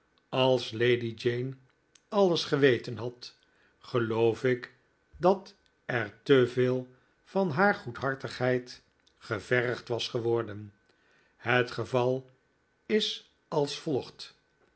als lady jane alles geweten had geloof ik dat er te veel van haar goedhartigheid gevergd was geworden het geval is als volgt